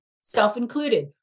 self-included